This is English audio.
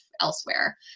elsewhere